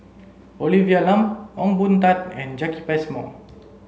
Olivia Lum Ong Boon Tat and Jacki Passmore